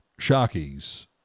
sharkies